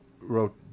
wrote